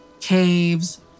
Caves